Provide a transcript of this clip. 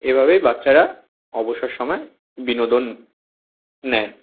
এইভাবেই বাচ্চারা অবসর সমায় বিনোদন নেয়